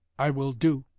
i will do.